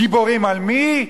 גיבורים על מי?